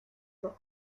rojo